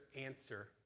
answer